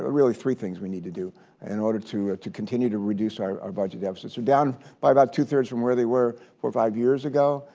ah really three things we need to do in order to to continue to reduce our budget deficit. so down by about two-thirds from where they were were five years ago,